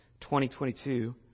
2022